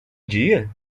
dia